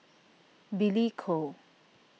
Billy Koh